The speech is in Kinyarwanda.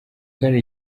kane